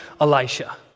Elisha